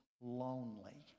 lonely